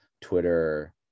twitter